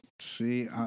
See